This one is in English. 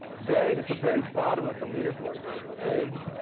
buried at the very bottom of the leaderboard there's an egg,